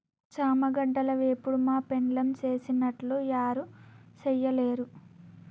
చామగడ్డల వేపుడు మా పెండ్లాం సేసినట్లు యారు సెయ్యలేరు